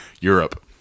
Europe